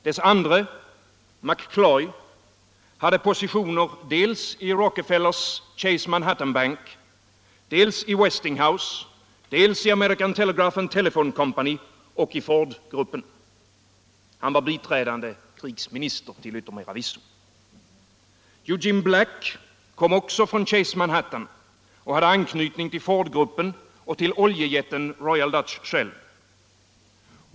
Dess andre, McCloy, hade positioner dels i Rockefellers Chase Manhattan Bank, dels i Westinghouse, dels i American Telegraph & Telephone Company och Ford. Han var till yttermera visso biträdande krigsminister. Black kom också från Chase Manhattan och hade anknytning till Fordgruppen och till oljejätten Royal Dutch Shell.